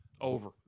Over